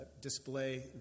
display